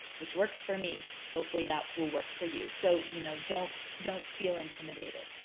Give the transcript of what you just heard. which works for me. hopefully, that will work for you. so, you know don't don't feel intimidated.